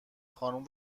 خانوم